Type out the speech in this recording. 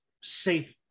safe